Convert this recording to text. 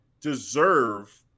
deserve